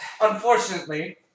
unfortunately